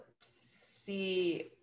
see